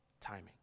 timing